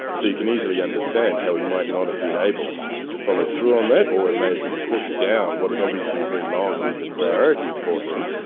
so you can easily understand how he might not have been able to follow through on that. or it may have been pushed down what is obviously a very long list of priorities for him.